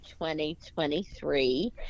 2023